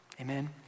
Amen